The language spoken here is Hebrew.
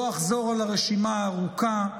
לא אחזור על הרשימה הארוכה,